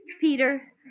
Peter